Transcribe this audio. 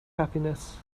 happiness